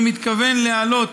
והוא מתכוון להעלות